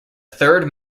third